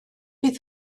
bydd